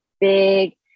big